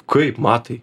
kaip matai